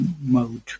mode